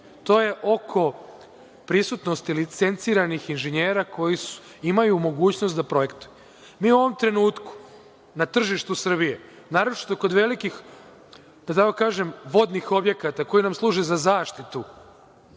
to je oko prisutnosti licenciranih inženjera koji imaju mogućnost da projektuju. Mi u ovom trenutku, na tržištu Srbije, naročito kod velikih, da tako kažem, vodnih objekata koji nam služe za zaštitu